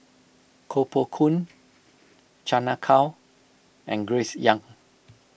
Koh Poh Koon Chan Ah Kow and Grace Young